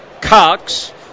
Cox